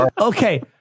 Okay